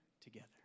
together